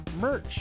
merch